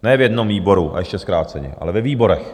Ne v jednom výboru a ještě zkráceně, ale ve výborech.